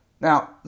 Now